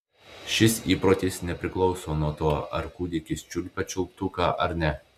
šis įprotis nepriklauso nuo to ar kūdikis čiulpia čiulptuką ar ne